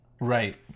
Right